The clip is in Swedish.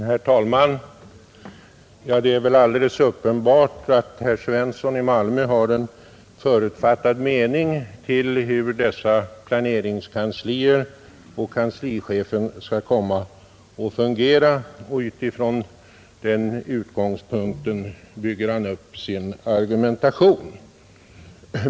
Herr talman! Det är väl alldeles uppenbart att herr Svensson i Malmö har en förutfattad mening om hur dessa planeringskanslier och kanslichefer skulle komma att fungera. Utifrån den utgångspunkten bygger han upp sin argumentation.